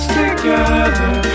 together